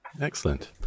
Excellent